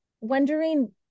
wondering